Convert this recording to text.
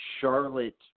Charlotte